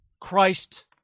Christ